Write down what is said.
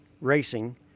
racing